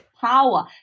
power